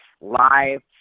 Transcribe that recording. live